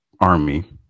army